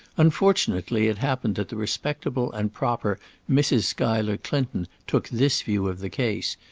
unfortunately it happened that the respectable and proper mrs. schuyler clinton took this view of the case,